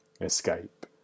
escape